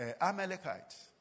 Amalekites